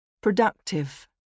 Productive